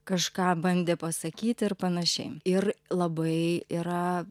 kažką bandė pasakyti ir panašiai ir labai yra